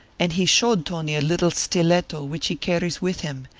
and he showed tony a little stiletto which he carries with him,